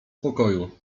pokoju